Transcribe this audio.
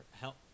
help